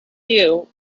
will